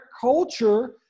culture